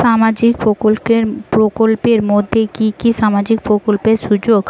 সামাজিক প্রকল্পের মধ্যে কি কি সামাজিক প্রকল্পের সুযোগ